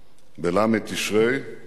בל' בתשרי תשס"ט,